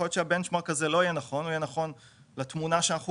יכול להיות שהבנצ'מרק הזה יהיה נכון לתמונה שאנחנו